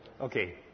Okay